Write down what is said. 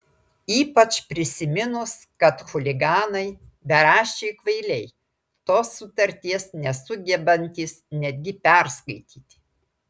ypač prisiminus kad chuliganai beraščiai kvailiai tos sutarties nesugebantys netgi perskaityti